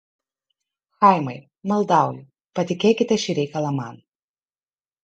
chaimai maldauju patikėkite šį reikalą man